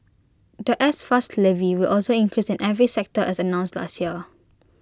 The S pass levy will also increase in every sector as announced last year